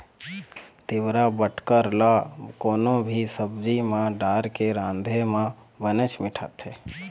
तिंवरा बटकर ल कोनो भी सब्जी म डारके राँधे म बनेच मिठाथे